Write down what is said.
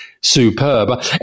superb